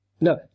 No